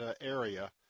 area